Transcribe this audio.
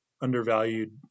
undervalued